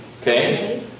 okay